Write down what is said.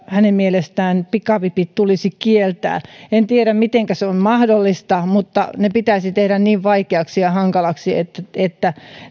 hänen mielestään pikavipit tulisi kieltää en tiedä mitenkä se on mahdollista mutta ne pitäisi tehdä niin vaikeiksi ja hankaliksi että että